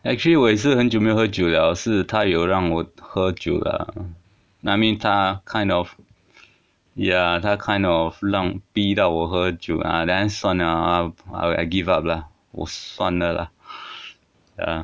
actually 我也是很久没喝酒了是她有让我喝酒啦 I mean 她 kind of ya 她 kind of 让逼到我喝酒啦 then 算了啦 I I give up lah 我算了啦 ya